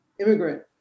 immigrant